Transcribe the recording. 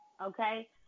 okay